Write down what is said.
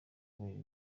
kubera